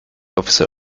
officer